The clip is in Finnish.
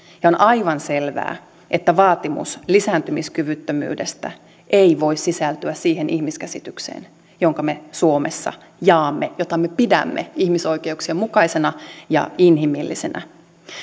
ja on aivan selvää että vaatimus lisääntymiskyvyttömyydestä ei voi sisältyä siihen ihmiskäsitykseen jonka me suomessa jaamme jota me pidämme ihmisoikeuksien mukaisena ja inhimillisenä